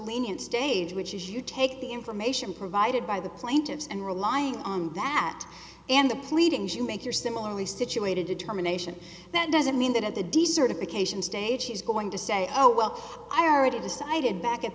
lenient stage which is you take the information provided by the plaintiffs and relying on that in the pleadings you make your similarly situated determination that doesn't mean that at the decertification stage he's going to say oh well i already decided back at